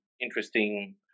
interesting